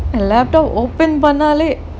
laptop open பண்ணாலே:pannaalae